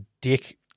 dick